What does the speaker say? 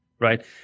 right